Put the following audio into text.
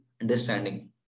understanding